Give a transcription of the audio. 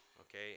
okay